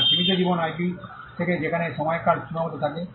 আপনার সীমিত জীবন আইপি থাকে যেখানে সময়কাল সীমাবদ্ধ থাকে